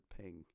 ping